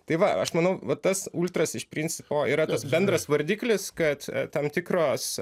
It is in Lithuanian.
tai va aš manau va tas ultras iš principo yra tas bendras vardiklis kad tam tikros